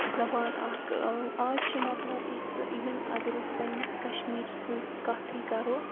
زَبان اکھ آز چھِ مَطلَب أسۍ اِوٕن اگر أسۍ پَننِس کَشمیٖر سٕنٛز کَتھ کَرَو